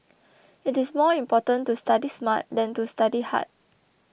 it is more important to study smart than to study hard